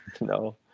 No